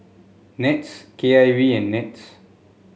NETS K I V and NETS